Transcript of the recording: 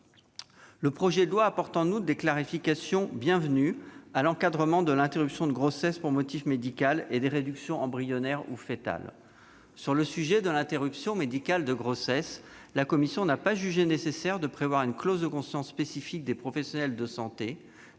Le projet de loi apporte en outre des clarifications bienvenues à l'encadrement de l'interruption de grossesse pour motif médical et des réductions embryonnaires ou foetales. Sur le sujet de l'interruption médicale de grossesse, la commission spéciale n'a pas jugé nécessaire de prévoir une clause de conscience spécifique des professionnels de santé,